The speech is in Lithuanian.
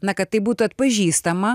na kad tai būtų atpažįstama